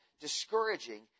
discouraging